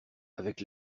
avec